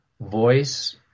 voice